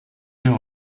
know